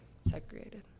segregated